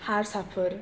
हार्साफोर